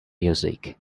music